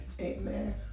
amen